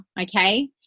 okay